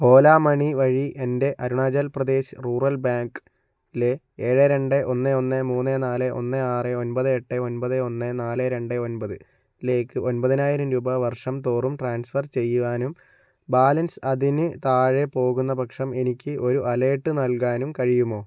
ഓല Money വഴി എൻ്റെ Arunachal Pradesh rural bank ലെ ഏഴ് രണ്ട് ഒന്ന് ഒന്ന് മൂന്ന് നാല് ഒന്ന് ആറ് ഒൻപത് എട്ട് ഒൻപത് ഒന്ന് നാല് രണ്ട് ് ഒൻപത് ലേക്ക് ഒൻപതിനായിരം രൂപ വർഷം തോറും ട്രാൻസ്ഫർ ചെയ്യുവാനും ബാലൻസ് അതിന് താഴെ പോകുന്നപക്ഷം എനിക്ക് ഒരു അലേർട്ട് നൽകാനും കഴിയുമോ